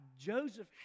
Joseph